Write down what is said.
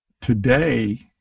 today